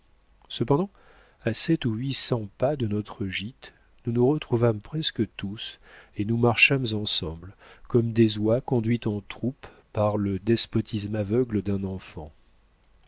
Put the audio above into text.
cependant à sept ou huit cents pas de notre gîte nous nous retrouvâmes presque tous et nous marchâmes ensemble comme des oies conduites en troupes par le despotisme aveugle d'un enfant